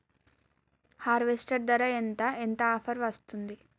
Harvester ధర ఎంత ఎంత ఆఫర్ వస్తుంది?